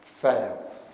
fail